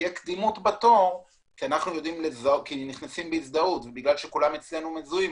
בגלל שנכנסים עם הזדהות וכולם מזוהים,